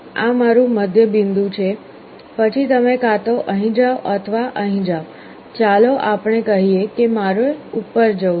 આ મારું મધ્ય બિંદુ છે પછી તમે કાં તો અહીં જાઓ અથવા અહીં જાઓ ચાલો આપણે કહીએ કે મારે ઉપર જવું છે